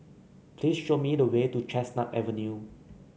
please show me the way to Chestnut Avenue